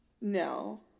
no